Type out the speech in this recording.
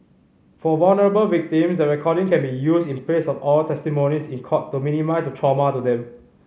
for vulnerable victims the recording can be used in place of oral testimonies in court to minimise trauma to them